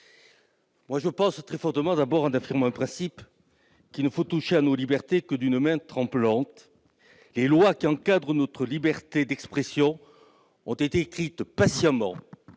je pense très sincèrement que, par principe, il ne faut toucher à nos libertés que d'une main tremblante. Les lois qui encadrent notre liberté d'expression ont été écrites patiemment